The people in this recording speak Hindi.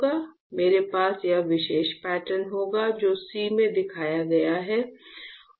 हमारे पास यह विशेष पैटर्न होगा जो C में दिखाया गया है